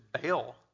bail